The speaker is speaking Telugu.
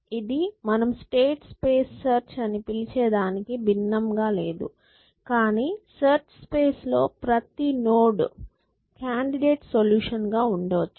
ఇది మనం స్టేట్ స్పేస్ సెర్చ్ అని పిలిచే దానికి భిన్నంగా లేదు కానీ సెర్చ్ స్పేస్ లో ప్రతి నోడ్ కాండిడేట్ సొల్యూషన్ గా ఉండొచ్చు